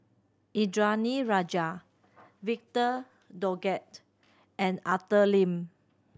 Indranee Rajah Victor Doggett and Arthur Lim